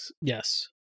Yes